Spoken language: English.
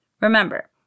Remember